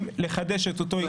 זו עובדה?